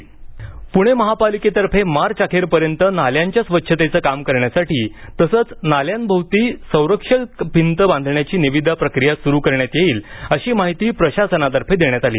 प्णे महापालिकेतर्फे मार्चअखेरपर्यंत नाल्यांच्या स्वच्छतेचं काम करण्यासाठी तसंच नाल्यांभोवती संरक्षक भिंत बांधण्याची निविदा प्रक्रिया सुरू करण्यात येईल अशी माहिती प्रशासनातर्फे देण्यात आली